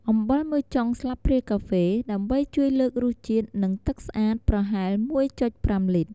អំបិល ១ ចុងស្លាបព្រាកាហ្វេ ដើម្បីជួយលើករសជាតិ និងទឹកស្អាតប្រហែល ១.៥ លីត្រ។